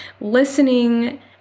listening